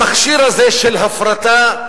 המכשיר הזה של הפרטה,